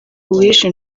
uwishe